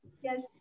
Yes